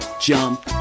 jump